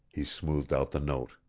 he smoothed out the note.